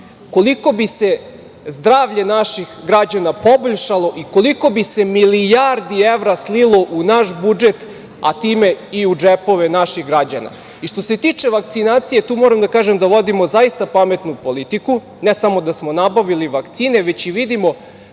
koliko bi se zdravlje naših građana poboljšalo i koliko bi se milijardi evra slilo u naš budžet, a time i u džepove naših građana. Što se tiče vakcinacije, tu moram da kažem da vodimo zaista pametnu politiku, ne samo da smo nabavili vakcine, već i vidimo